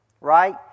right